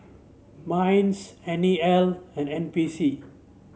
Minds N E L and N P C